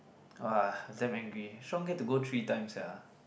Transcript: !wah! damn angry Shaun get to go three times sia